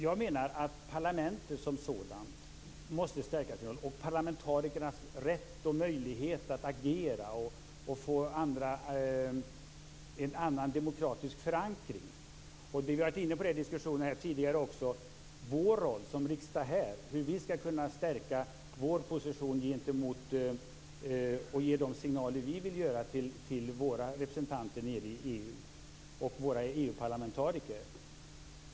Jag menar att parlamentet som sådant måste stärka sin roll, liksom parlamentarikernas rätt och möjlighet att agera och få en annan demokratisk förankring. I diskussionen har vi tidigare i dag varit inne på vår roll som riksdag och hur vi skall kunna stärka vår position och ge de signaler vi vill till våra representanter i EU och våra EU-parlamentariker.